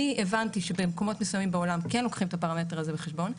אני הבנתי שבמקומות מסוימים כן לוקחים את הפרמטר הזה בחשבון.